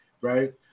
right